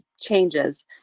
changes